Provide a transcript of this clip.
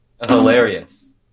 hilarious